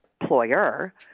employer